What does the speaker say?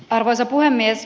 arvoisa puhemies